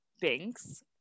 Binks